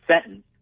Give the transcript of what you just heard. sentence